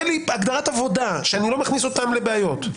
הגדרת עבודה, שאני לא מכניס אותם לבעיות.